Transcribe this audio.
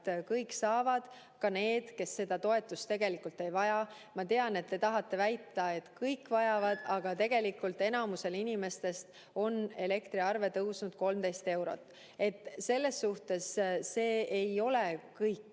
kõik, ka need, kes seda tegelikult ei vaja. Ma tean, et te tahate väita, et kõik vajavad, aga tegelikult enamikul inimestel on elektriarve kasvanud 13 eurot. Selles mõttes ju ei vaja